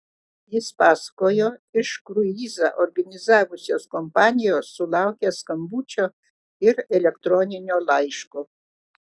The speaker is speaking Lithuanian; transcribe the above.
jis pasakojo iš kruizą organizavusios kompanijos sulaukęs skambučio ir elektroninio laiško